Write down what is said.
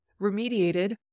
remediated